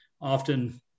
often